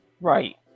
Right